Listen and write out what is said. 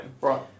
Right